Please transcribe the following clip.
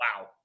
wow